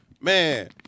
man